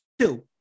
two